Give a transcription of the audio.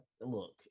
look